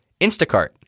Instacart